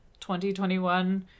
2021